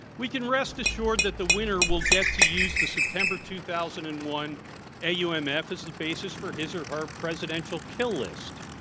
we can rest assured that the winner will get to use the september two thousand and one ah um aumf as the basis for his or her presidential kill list.